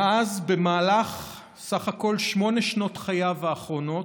מאז, במהלך סך הכול שמונה שנות חייו האחרונות,